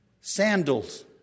Sandals